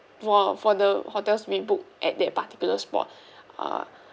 for for the hotels we book at that particular spot uh